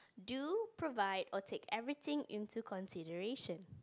do provide or take everything into consideration